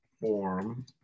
form